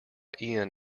ian